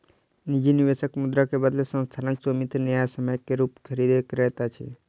निजी निवेशक मुद्रा के बदले संस्थानक स्वामित्व न्यायसम्यक रूपेँ खरीद करैत अछि